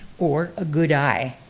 or a good eye?